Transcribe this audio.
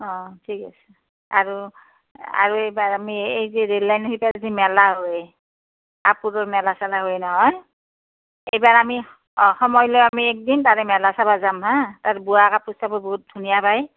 অ ঠিক আছে আৰু আৰু এইবাৰ আমি এই যে ৰেল লাইন সেই তাত যে মেলা হয় কাপোৰৰ মেলা চেলা হয় নহয় এইবাৰ আমি অ সময় লৈ একদিন তাৰে মেলা চাব যাম হা তাত বোৱা কাপোৰ চাপোৰ বহুত ধুনীয়া পায়